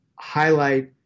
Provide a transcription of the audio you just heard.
highlight